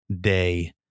day